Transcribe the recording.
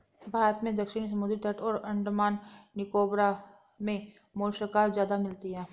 भारत में दक्षिणी समुद्री तट और अंडमान निकोबार मे मोलस्का ज्यादा मिलती है